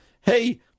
hey